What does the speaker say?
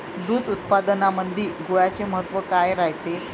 दूध उत्पादनामंदी गुळाचे महत्व काय रायते?